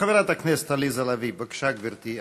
חברת הכנסת עליזה לביא, בבקשה, גברתי.